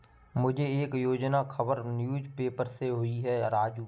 मुझे एक योजना की खबर न्यूज़ पेपर से हुई है राजू